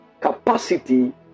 capacity